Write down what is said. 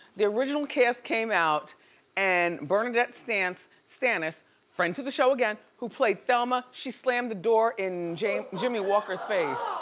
the original cast came out and bernnadette stanis stanis friend to the show again, who played thelma she slammed the door in jimmy jimmy walker's face.